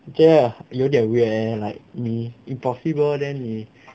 我觉得有点 weird leh like 你 impossible leh 你